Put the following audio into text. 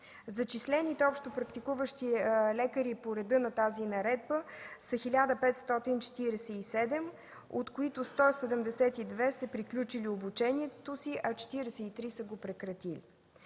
Зачислените общопрактикуващи лекари по реда на тази наредба са 1547, от които 172 са приключили обучението си, а 43 са го прекратили.